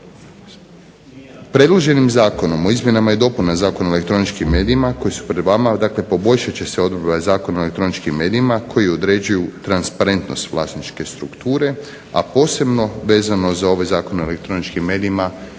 Predloženim Zakonom o izmjenama i dopunama Zakona o elektroničkim medijima, koji su pred vama, dakle poboljšat će se odredba Zakona o elektroničkim medijima, koji određuju transparentnost vlasničke strukture, a posebno vezano za ovaj Zakon o elektroničkim medijima